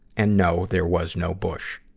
and no, there was no bush.